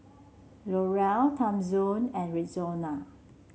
L'Oreal Timezone and Rexona